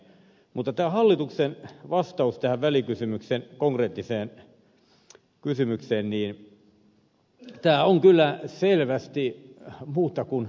mutta tämä hallituksen vastaus tähän konkreettiseen välikysymykseen on kyllä selvästi muuta kuin selkeä